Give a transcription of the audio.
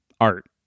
art